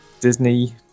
Disney